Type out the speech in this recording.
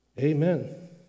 Amen